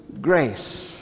grace